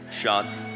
shot